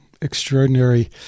extraordinary